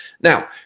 Now